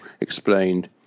explained